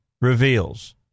Reveals